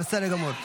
בסדר גמור.